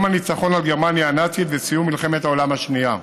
הניצחון על גרמניה הנאצית וסיום מלחמת העולם השנייה.